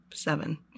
Seven